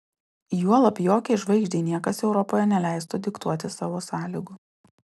juolab jokiai žvaigždei niekas europoje neleistų diktuoti savo sąlygų